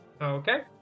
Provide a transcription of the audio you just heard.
Okay